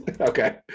Okay